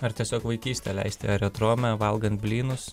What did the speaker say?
ar tiesiog vaikystę leisti aerodrome valgant blynus